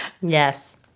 Yes